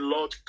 Lord